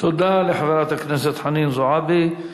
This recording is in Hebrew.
תודה לחברת הכנסת חנין זועבי.